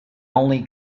only